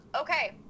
okay